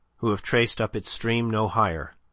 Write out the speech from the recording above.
who have traced up its stream no higher,